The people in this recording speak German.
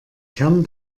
kern